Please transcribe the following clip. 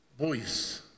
boys